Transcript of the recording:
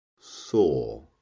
saw